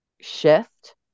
shift